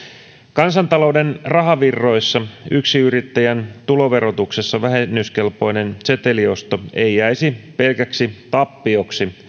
kansantalouden rahavirroissa yksinyrittäjän tuloverotuksessa vähennyskelpoinen seteliosto ei jäisi pelkäksi tappioksi